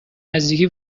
نزدیکی